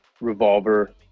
Revolver